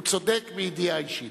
הוא צודק, מידיעה אישית.